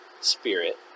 Spirit